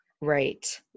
Right